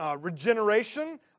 regeneration